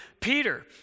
Peter